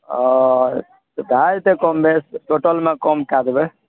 ओ भए जएतै कम बेस टोटलमे कम कै देबै